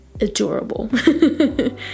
adorable